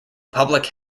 public